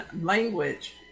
language